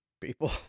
people